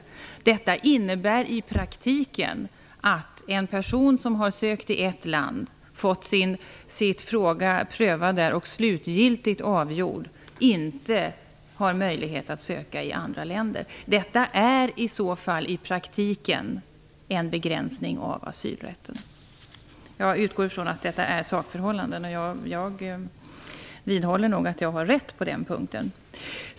Detta innebär i praktiken att en person som har sökt asyl i ett land och fått sin sak prövad och slutgiltigt avgjord inte har möjlighet att söka asyl i andra länder. Det är i så fall i praktiken en begränsning av asylrätten. Jag utgår från att detta är sakförhållanden, och jag vidhåller att jag har rätt på den punkten.